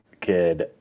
kid